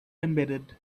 embedded